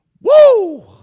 Woo